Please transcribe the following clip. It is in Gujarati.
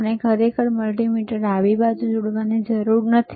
આપણે ખરેખર મલ્ટિમીટર ડાબી બાજુએ જોડવાની જરૂર નથી